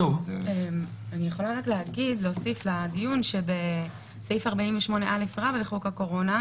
אני יכולה להוסיף לדיון ולומר שבסעיף 48א לחוק הקורונה,